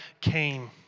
came